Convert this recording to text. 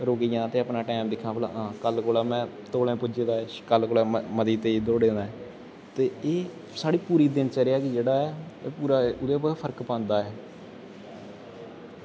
रुकी जां ते में अपना टैम दिक्खां कि में कल्ल कोला में तोलै पुज्जी गेदा कल्ल कोला मती तेज दौड़े न ते एह् साढ़ी पूरी दिनचर्या जेह्ड़ा एह्दे उप्पर फर्क पांदा ऐ